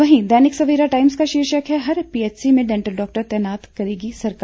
वहीं दैनिक सवेरा टाइम्स का शीर्षक है हर पीएचसी में डेंटल डॉक्टर तैनात करेगी सरकार